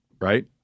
right